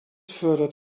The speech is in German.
fördert